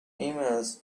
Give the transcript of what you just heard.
emails